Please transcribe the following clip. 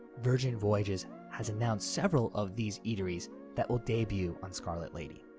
virgin voyages has announced several of these eateries that will debut on scarlet lady.